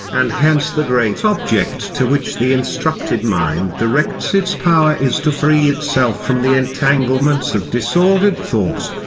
and hence the great object to which the instructed mind directs its power is to free itself from the entanglements of disordered thought,